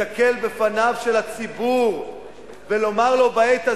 להסתכל בפניו של הציבור ולומר לו בעת הזו: